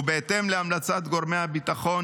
ובהתאם להמלצת גורמי הביטחון,